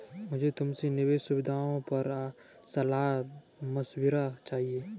मुझे तुमसे निवेश सुविधाओं पर सलाह मशविरा चाहिए